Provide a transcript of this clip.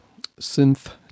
synth